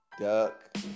duck